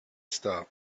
stop